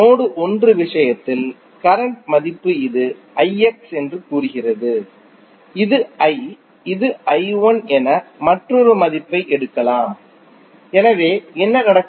node 1 விஷயத்தில் current மதிப்பு இது என்று கூறுகிறது இது I இது என மற்றொரு மதிப்பை எடுக்கலாம் எனவே என்ன நடக்கும்